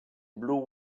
blue